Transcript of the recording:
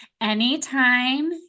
anytime